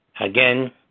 Again